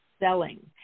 selling